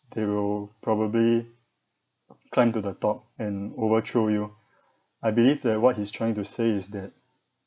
they will probably climb to the top and overthrow you I believe that what he's trying to say is that